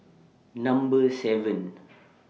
Number seven